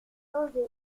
danger